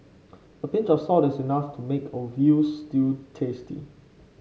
a pinch of salt is enough to make a veal stew tasty